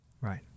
Right